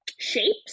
shapes